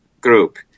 group